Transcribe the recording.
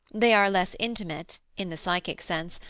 they are less intimate, in the psychic sense,